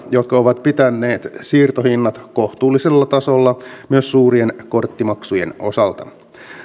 jotka ovat pitäneet siirtohinnat kohtuullisella tasolla myös suurien korttimaksujen osalta